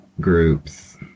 groups